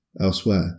elsewhere